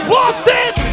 Boston